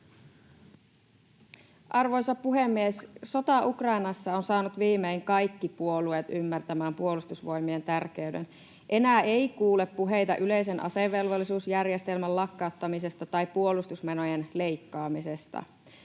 Arvoisa puhemies! Sota Ukrainassa on saanut viimein kaikki puolueet ymmärtämään Puolustusvoimien tärkeyden. Enää ei kuule puheita yleisen asevelvollisuusjärjestelmän lakkauttamisesta tai puolustusmenojen leikkaamisesta.